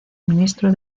ministro